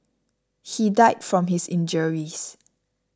he died from his injuries